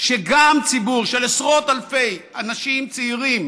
שגם ציבור של עשרות אלפי אנשים צעירים